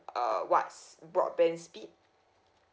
uh what's broadband speed